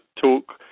talk